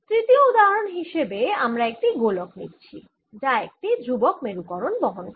তৃতীয় উদাহরণ হিসাবে আমরা একটি গোলক নিচ্ছি যা একটি ধ্রুবক মেরুকরণ বহন করে